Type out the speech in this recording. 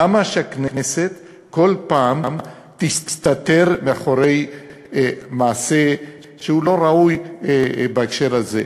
למה שהכנסת כל פעם תסתתר מאחורי מעשה שהוא לא ראוי בהקשר הזה?